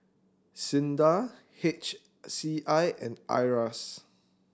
SINDA H C I and IRAS